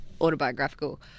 autobiographical